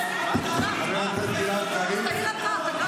עוד שנייה תוציא אותי ולא אותה.